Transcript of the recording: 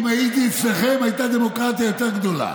אם הייתי אצלכם, הייתה דמוקרטיה יותר גדולה.